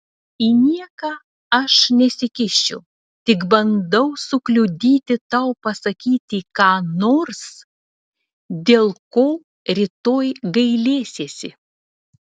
į nieką aš nesikišu tik bandau sukliudyti tau pasakyti ką nors dėl ko rytoj gailėsiesi